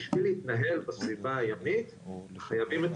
בשביל להתנהל בסביבה הימית אנחנו חייבים את